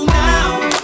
now